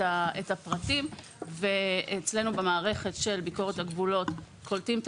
הפרטים ואצלנו במערכת של ביקורת הגבולות קולטים את